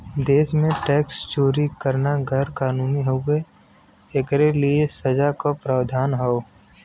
देश में टैक्स चोरी करना गैर कानूनी हउवे, एकरे लिए सजा क प्रावधान हौ